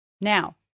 Now